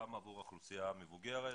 גם עבור האוכלוסייה המבוגרת,